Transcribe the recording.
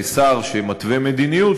כשר שמתווה מדיניות,